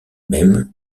même